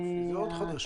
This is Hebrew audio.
אלה עוד חדשות.